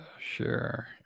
Sure